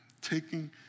taking